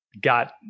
got